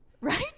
Right